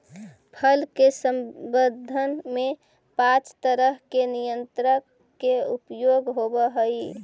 फल के संवर्धन में पाँच तरह के नियंत्रक के उपयोग होवऽ हई